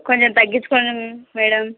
కొంచెం తగ్గించుకోండి మేడం